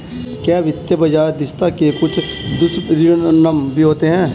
क्या वित्तीय बाजार दक्षता के कुछ दुष्परिणाम भी होते हैं?